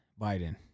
Biden